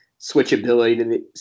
switchability